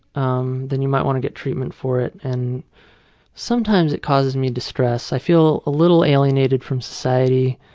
um then you might want to get treatment for it. and sometimes it causes me distress. i feel a little alienated from society.